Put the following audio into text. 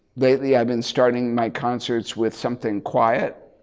lately i've been starting my concerts with something quiet